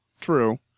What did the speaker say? True